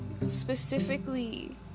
specifically